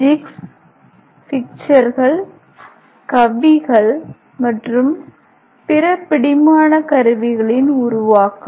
jigs ஃபிக்ச்சர்கள் கவ்விகள் மற்றும் பிற பிடிமானக் கருவிகளின் உருவாக்கம்